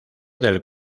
del